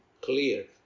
clear